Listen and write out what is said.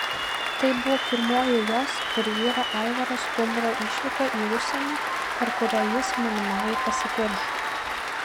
tai buvo pirmoji jos ir vyro aivaro stumbro išvyka į užsienį per kurią jis mylimajai pasipiršo